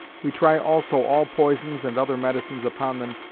we try also all poisons and other medicines upon them,